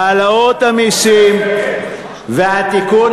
העלאות המסים והתיקון,